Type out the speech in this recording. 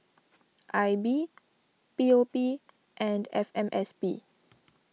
I B P O P and F M S P